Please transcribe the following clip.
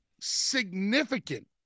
significant